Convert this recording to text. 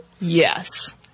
yes